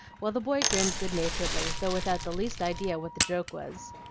while the boy grinned good-naturedly, though without the least idea what the joke was.